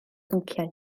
bynciau